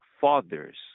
fathers